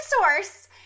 source